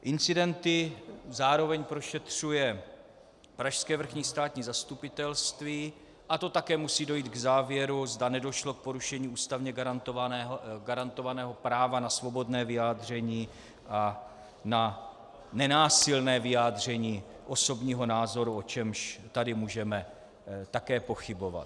Incidenty zároveň prošetřuje pražské vrchní státní zastupitelství a to také musí dojít k závěru, zda nedošlo k porušení ústavně garantovaného práva na svobodné vyjádření a na nenásilné vyjádření osobního názoru, o čemž tady můžeme také pochybovat.